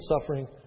suffering